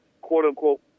quote-unquote